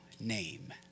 name